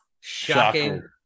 Shocking